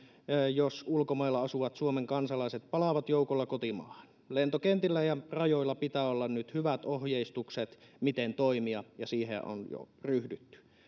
jos ulkomailla asuvat suomen kansalaiset palaavat joukolla kotimaahan lentokentillä ja rajoilla pitää olla nyt hyvät ohjeistukset miten toimia ja siihen on jo ryhdytty